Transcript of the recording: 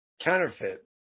counterfeit